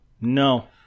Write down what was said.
No